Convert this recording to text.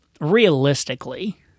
realistically